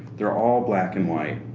they're all black and white.